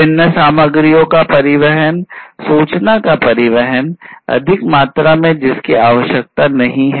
विभिन्न सामग्रियों का परिवहन सूचना का परिवहन अधिक मात्रा में जिसकी आवश्यकता नहीं है